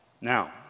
Now